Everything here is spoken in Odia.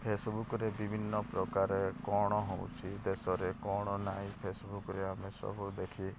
ଫେସବୁକ୍ରେ ବିଭିନ୍ନ ପ୍ରକାରରେ କ'ଣ ହେଉଛି ଦେଶରେ କ'ଣ ନାହିଁ ଫେସବୁକ୍ରେ ଆମେ ସବୁ ଦେଖି